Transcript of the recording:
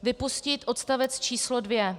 Vypustit odstavec číslo 2.